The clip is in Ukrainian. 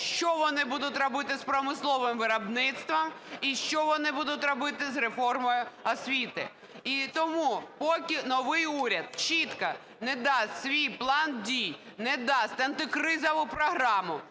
що вони будуть робити з промисловим виробництвом і що вони будуть робити з реформою освіти. І тому, поки новий уряд чітко не дасть свій план дій, не дасть антикризову програму,